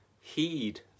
heed